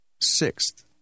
Sixth